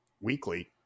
weekly